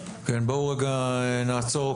בואו רגע נעצור.